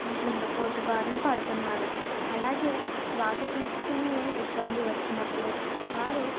గుండెపోటు బారిన పడుతున్నారు అలాగే శ్వాస తీసుకుని ఇబ్బంది వచ్చినప్పుడు వారు